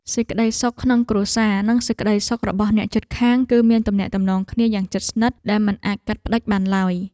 សេចក្តីសុខក្នុងគ្រួសារនិងសេចក្តីសុខរបស់អ្នកជិតខាង គឺមានទំនាក់ទំនងគ្នាយ៉ាងជិតស្និទ្ធដែលមិនអាចកាត់ផ្តាច់បានឡើយ។